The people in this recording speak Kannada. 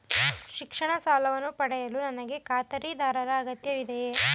ಶಿಕ್ಷಣ ಸಾಲವನ್ನು ಪಡೆಯಲು ನನಗೆ ಖಾತರಿದಾರರ ಅಗತ್ಯವಿದೆಯೇ?